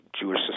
Jewish